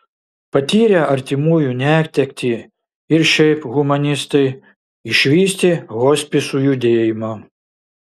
patyrę artimųjų netektį ir šiaip humanistai išvystė hospisų judėjimą